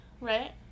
right